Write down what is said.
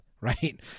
right